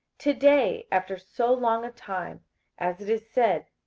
to day, after so long a time as it is said,